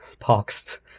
poxed